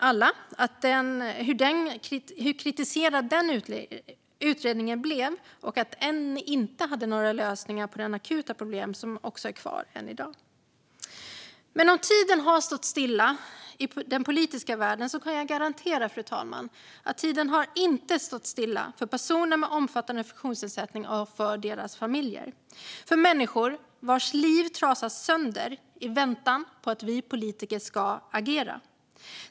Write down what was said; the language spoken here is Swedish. Nu vet vi alla hur kritiserad den utredningen blev och att den inte hade några lösningar på de akuta problem som är kvar än i dag. Men om tiden har stått stilla i den politiska världen kan jag garantera, fru talman, att tiden inte har stått stilla för personer med omfattande funktionsnedsättning och för deras familjer. Det är människor vilkas liv trasas sönder i väntan på att vi politiker ska agera.